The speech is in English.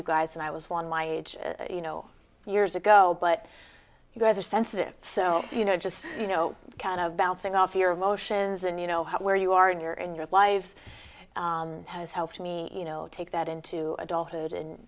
you guys and i was one my age you know years ago but you guys are sensitive so you know just you know kind of bouncing off your emotions and you know where you are in your in your lives has helped me you know take that into adulthood and